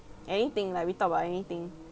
anything like we talk about anything